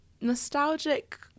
nostalgic